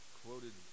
quoted